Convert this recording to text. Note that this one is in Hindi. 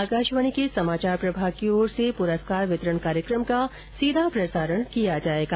आकाशवाणी के समाचार प्रभाग की ओर से पुरस्कार वितरण कार्यक्रम का सीधा प्रसारण किया जाएगा